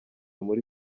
muri